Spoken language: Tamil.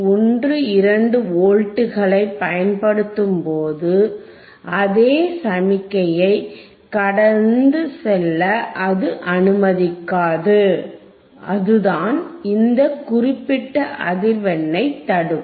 12 வோல்ட்களைப் பயன்படுத்தும்போது அதே சமிக்ஞையை கடந்து செல்ல அது அனுமதிக்காது அதுதான் இந்த குறிப்பிட்ட அதிர்வெண்ணைத் தடுக்கும்